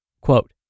Quote